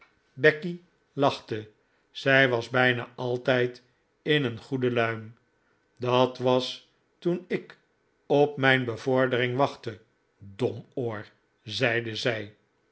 becky lachte zij was bijna altijd in een goede luim dat was toen ik op mijn bevordering wachtte domoor zeide zij